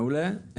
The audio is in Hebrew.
מעולה.